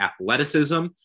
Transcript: athleticism